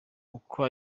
ukwo